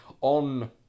on